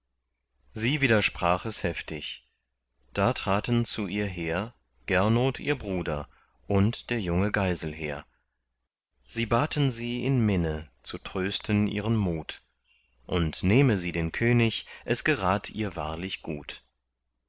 sie widersprach es heftig da traten zu ihr her gernot ihr bruder und der junge geiselher sie baten sie in minne zu trösten ihren mut und nehme sie den könig es gerat ihr wahrlich gut